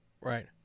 Right